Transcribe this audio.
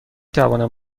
توانم